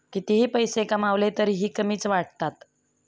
कितीही पैसे कमावले तरीही कमीच वाटतात